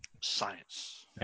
science